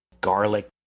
garlic